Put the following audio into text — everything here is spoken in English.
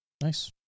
nice